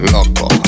Loco